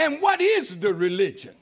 and what is the religion